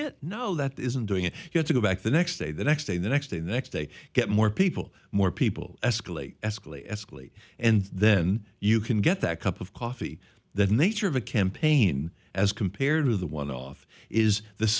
it no that isn't doing you have to go back the next day the next day the next day the next day get more people more people escalate escalate escalate and then you can get that cup of coffee that nature of a campaign as compared to the one off is th